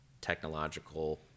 technological